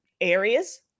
areas